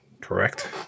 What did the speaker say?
correct